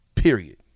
Period